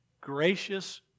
gracious